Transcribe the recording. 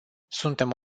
suntem